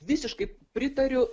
visiškai pritariu